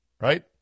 right